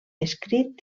escrit